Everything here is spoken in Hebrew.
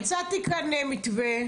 הצעתי כאן מתווה.